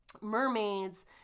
mermaids